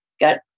got